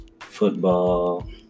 football